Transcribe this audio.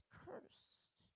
cursed